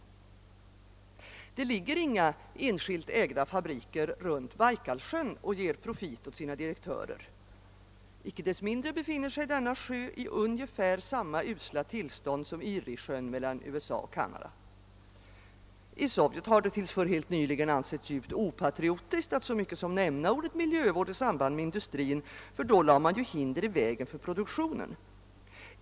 Runt Baikalsjön ligger inga enskilt ägda fabriker som ger profit åt sina direktörer, men inte desto mindre befinner sig sjön i ungefär samma usla tillstånd som Eriesjön mellan USA och Canada. I Sovjet har det till för helt nyligen ansetts djupt opatriotiskt att så mycket som nämna ordet miljövård i samband med industrin, ty då skulle man ju lägga hinder i vägen för produktionen.